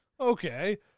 okay